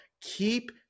Keep